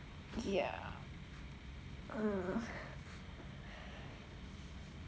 ya mm